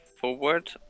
forward